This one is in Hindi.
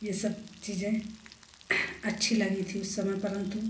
ये सब चीज़ें अच्छी लगी थीं उस समय परंतु